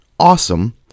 awesome